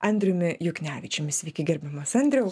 andriumi juknevičiumi sveiki gerbiamas andriau